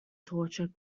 torture